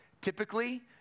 typically